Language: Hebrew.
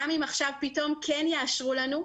גם אם עכשיו פתאום כן יאשרו לנו.